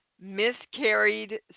miscarried